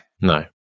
No